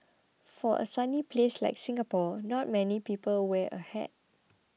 for a sunny place like Singapore not many people wear a hat